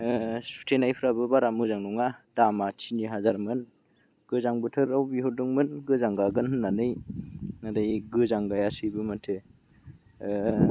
सुथेनायफ्राबो बारा मोजां नङा दामा तिनिहाजारमोन गोजां बोथोराव बिहरदोंमोन गोजां गागोन होननानै नाथाय गोजां गायासैबो माथो